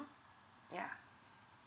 yeah